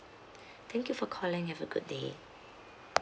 thank you for calling have a good day